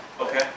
Okay